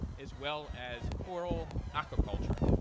as well as coral aquaculture.